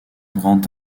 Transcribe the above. grand